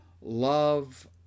love